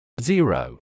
Zero